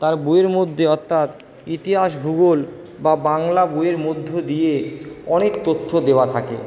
তার বইয়ের মধ্যে অর্থাৎ ইতিহাস ভূগোল বা বাংলা বইয়ের মধ্য দিয়ে অনেক তথ্য দেওয়া থাকে